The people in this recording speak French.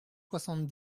soixante